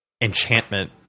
enchantment